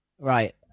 Right